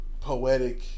Poetic